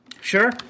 Sure